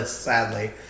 sadly